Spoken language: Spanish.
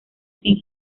sin